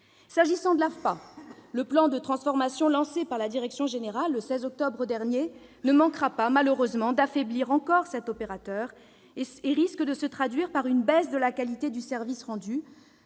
bénéficiaires, le plan de transformation lancé par la direction générale le 16 octobre dernier ne manquera pas, malheureusement, d'affaiblir encore cet opérateur et risque de se traduire par une baisse de la qualité du service rendu